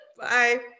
Bye